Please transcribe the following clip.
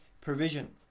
provision